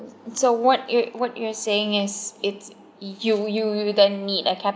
so what you're what you're saying is it's you you you don't need a capital